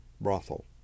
brothel